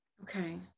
okay